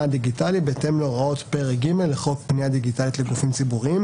הדיגיטלי בהתאם להוראות פרק ג' לחוק פנייה דיגיטלית לגופים ציבוריים,